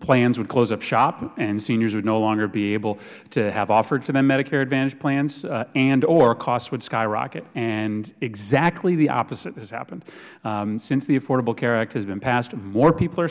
plans would close up shop and seniors would no longer be able to have offered to them medicare advantage plans andor costs would skyrocket and exactly the opposite has happened since the affordable care act has been passed more people are